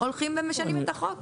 הולכים ומשנים את החוק.